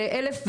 אלף ו?